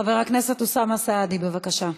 חבר הכנסת אוסאמה סעדי, בבקשה.